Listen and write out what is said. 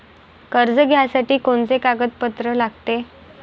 कर्ज घ्यासाठी कोनचे कागदपत्र लागते?